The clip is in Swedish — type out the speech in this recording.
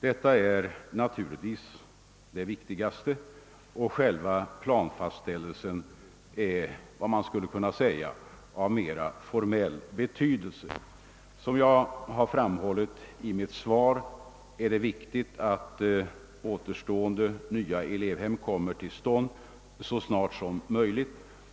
Detta är naturligtvis det viktigaste — själva planfastställelsen är, skulle man kunna säga, av mer formell betydelse. Som jag framhållit i mitt svar är det viktigt att återstående nybyggnader av elevhem kommer till stånd så snart som möjligt.